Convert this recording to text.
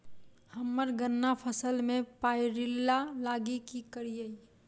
हम्मर गन्ना फसल मे पायरिल्ला लागि की करियै?